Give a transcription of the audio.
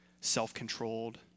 self-controlled